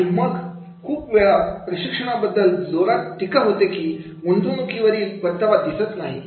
आणि मग खूप वेळा प्रशिक्षणा बद्दल जोरात अशी टीका होते की गुंतवणुकीवरील परतावा दिसत नाही